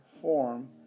form